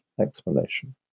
explanation